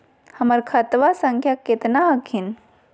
हमर खतवा संख्या केतना हखिन?